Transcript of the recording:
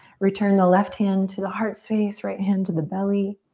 return the left hand to the heart space, right hand to the belly.